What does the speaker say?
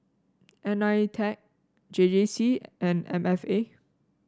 Nitec J J C and M F A